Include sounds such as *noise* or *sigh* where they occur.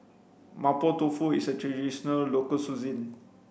mapo tofu is a traditional local *unintelligible*